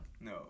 No